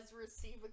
receive